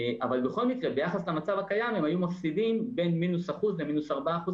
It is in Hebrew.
אבל בכל מקרה ביחס למצב הקיים הם היו מפסידים בין 1%- ל-4%-